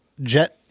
jet